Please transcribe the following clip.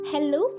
Hello